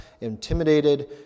intimidated